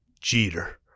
jeter